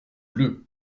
bleu